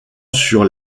sur